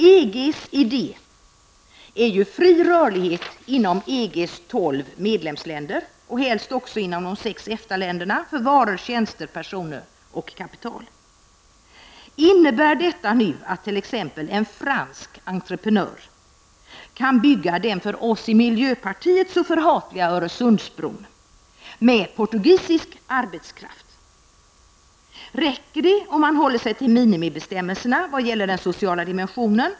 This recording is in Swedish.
EGs idé är ju fri rörlighet inom EGs tolv medlemsländer och helst också inom de sex EFTA Innebär detta nu att t.ex. en fransk entreprenör kan bygga den för oss i miljöpartiet så förhatliga Öresundsbron med portugisisk arbetskraft? Räcker det om han håller sig till minimibestämmelserna vad gäller den sociala dimensionen?